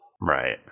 Right